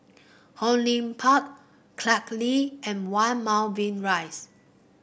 Hong Lim Park Clarke Lee and One Moulmein Rise